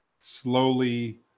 slowly